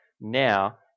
now